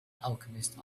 alchemist